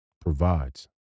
provides